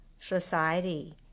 Society